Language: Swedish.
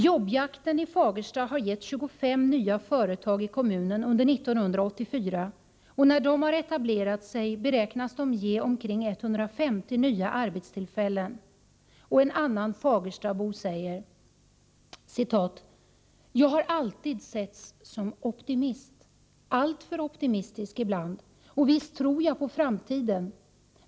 ”Jobbjakten” i Fagersta har gett 25 nya företag i kommunen under 1984, och när de har etablerat sig beräknas de ge omkring 150 nya arbetstillfällen. En annan fagerstabo säger: ”Jag har alltid setts som optimist, som alltför optimistisk ibland. Och visst tror jag på framtiden.